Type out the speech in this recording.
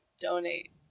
donate